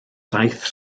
daeth